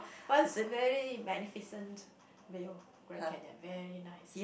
was very magnificent view Grand Canyon very nice